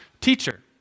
teacher